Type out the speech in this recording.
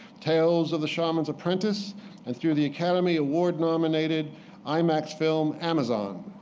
tales of the shaman's apprentice and through the academy award nominated imax film, amazon.